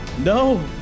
No